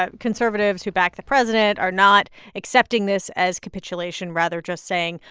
ah conservatives who back the president are not accepting this as capitulation, rather just saying,